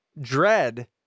dread